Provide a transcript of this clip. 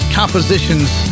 compositions